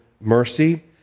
mercy